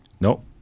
no